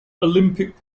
olympic